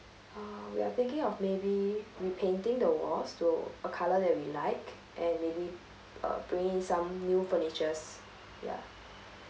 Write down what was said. uh we are thinking of maybe repainting the walls to a colour that we like and maybe uh bring in some new furnitures ya